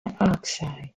oxide